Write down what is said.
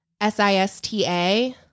S-I-S-T-A